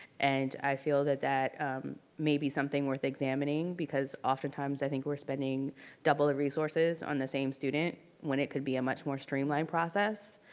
and i feel that that may be something worth examining, because often times i think we're spending double the resources on the same student when it could be a much more streamlined process.